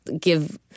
give